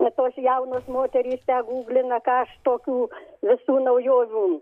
o tos jaunos moterys tegūglina ką aš tokių visų naujovių